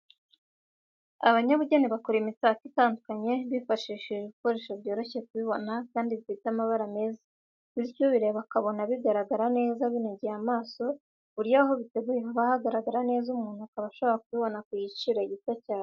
Abanyabugeni bakora imitako itandukanye bifashishije ibikoresho byoroshye kubibona, kandi bifite amabara meza bityo ubireba akaba abona bigaragara neza binogeye amaso ku buryo aho biteguye haba hagaragara neza umuntu akaba ashobora kubibona ku giciro gito cyane.